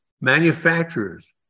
Manufacturers